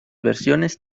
versiones